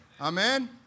Amen